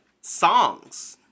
songs